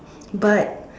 but